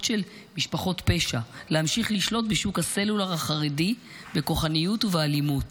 של משפחות פשע: להמשיך לשלוט בשוק הסלולר החרדי בכוחניות ובאלימות,